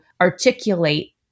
articulate